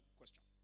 question